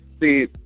see